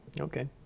okay